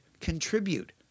contribute